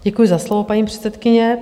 Děkuji za slovo, paní předsedkyně.